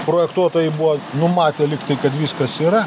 projektuotojai buvo numatę lygtai kad viskas yra